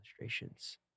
illustrations